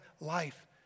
life